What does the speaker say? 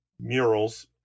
Murals